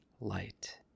light